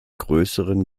größeren